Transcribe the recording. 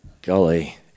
Golly